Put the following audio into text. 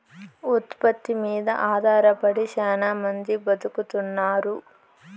ఉత్పత్తి మీద ఆధారపడి శ్యానా మంది బతుకుతున్నారు